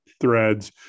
threads